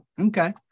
okay